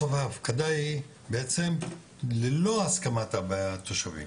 בסוף ההפקדה היא בעצם ללא הסכמת התושבים,